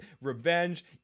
revenge